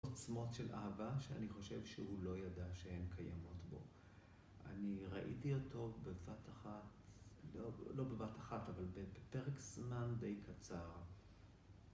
עוצמות של אהבה שאני חושב שהוא לא ידע שהן קיימות בו. אני ראיתי אותו בבת אחת, לא בבת אחת אבל בפרק זמן די קצר.